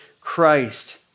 Christ